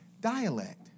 dialect